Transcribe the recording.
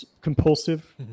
compulsive